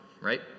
right